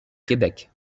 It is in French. québec